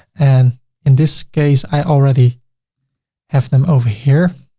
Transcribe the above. and in this case, i already have them over here.